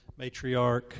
matriarch